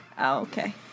Okay